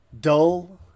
Dull